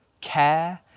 care